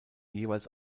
jeweils